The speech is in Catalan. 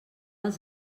als